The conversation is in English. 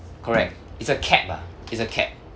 correct it's a cap ah it's a cap